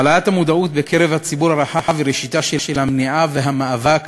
העלאת המודעות בקרב הציבור הרחב היא ראשיתם של המניעה והמאבק